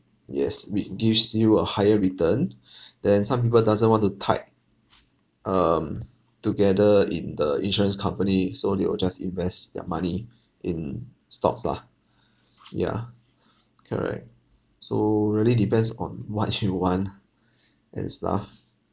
yes which gives you a higher return then some people doesn't want to tied um together in the insurance company so they will just invest their money in stocks lah yeah correct so really depends on what you want and stuff